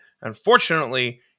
Unfortunately